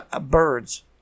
birds